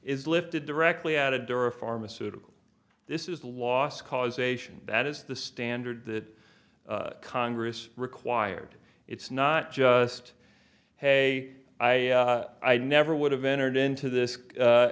is lifted directly at the door of pharmaceuticals this is loss causation that is the standard that congress required it's not just hey i i never would have entered into this